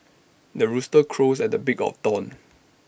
the rooster crows at the break of dawn